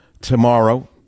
tomorrow